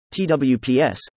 TWPS